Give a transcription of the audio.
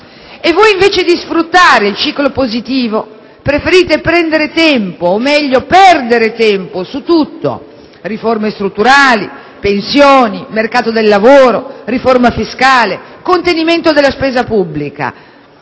Voi, invece che sfruttare il ciclo positivo, preferite prendere tempo (o meglio perdere tempo) su tutto: riforme strutturali, pensioni, mercato del lavoro, riforma fiscale, contenimento della spesa pubblica.